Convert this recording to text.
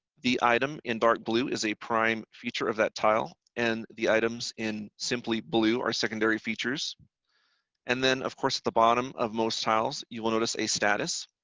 the item in dark blue is a prime feature of that tile and the items in simply blue are secondary features and then of course the bottom of most tiles, you will notice a status.